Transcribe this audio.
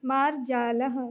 मार्जालः